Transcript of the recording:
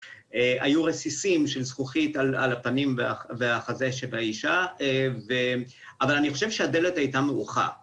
‫היו רסיסים של זכוכית ‫על הפנים והחזה של האישה, ‫אבל אני חושב שהדלת הייתה מאוחר.